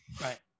Right